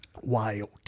Wild